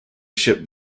ship